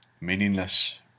meaningless